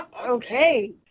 Okay